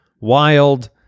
Wild